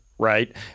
right